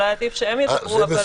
אולי עדיף שהם ידברו,